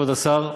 כבוד השר,